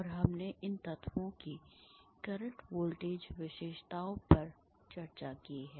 और हमने इन तत्वों की करंट वोल्टेज विशेषताओं पर चर्चा की है